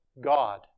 God